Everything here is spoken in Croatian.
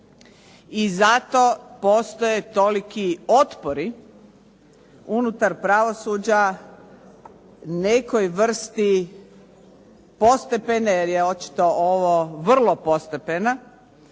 i zato postoje toliki otpori unutar pravosuđa nekoj vrsti postepene, jer je očito vrlo postepena,